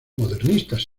modernistas